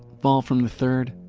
fall from the third,